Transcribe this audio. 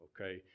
Okay